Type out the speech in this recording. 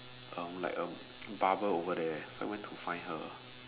um like um a barber over there so I went to find her